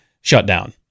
shutdown